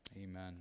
Amen